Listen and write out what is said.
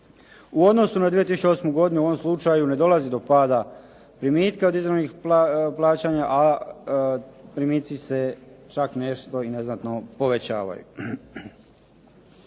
U odnosu na 2008. godinu u ovom slučaju ne dolazi do pada primitka od izravnih plaćanja, a primici se čak nešto i neznatno povećavaju.